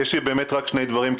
יש לי רק שני דברים,